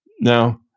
Now